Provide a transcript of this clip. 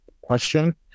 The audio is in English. question